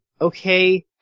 Okay